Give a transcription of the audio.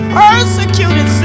persecuted